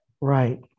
right